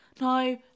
no